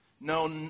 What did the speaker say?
No